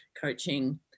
coaching